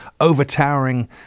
overtowering